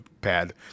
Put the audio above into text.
pad